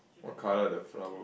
what color the flower